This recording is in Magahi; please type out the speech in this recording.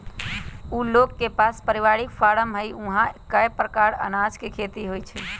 उ लोग के पास परिवारिक फारम हई आ ऊहा कए परकार अनाज के खेती होई छई